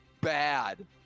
bad